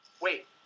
Wait